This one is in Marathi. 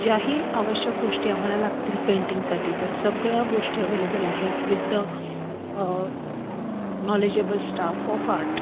ज्याही आवश्यक गोष्टी आम्हाला लागतील पेंटिंगसाठी त्या सगळ्या गोष्टी अवेलेबल आहेत with the knowledgeable staff of art